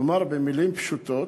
כלומר, במילים פשוטות,